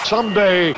Someday